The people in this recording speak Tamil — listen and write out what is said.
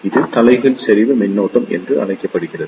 இது தலைகீழ் செறிவு மின்னோட்டம் என்று அழைக்கப்படுகிறது